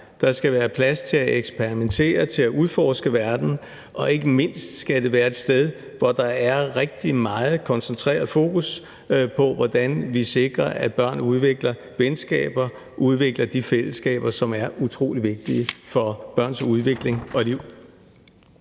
der skal være plads til at eksperimentere og til at udforske verden, og ikke mindst skal det være et sted, hvor der er rigtig meget koncentreret fokus på, hvordan vi sikrer, at børn udvikler venskaber og udvikler de fællesskaber, som er utrolig vigtige for børns udvikling og liv.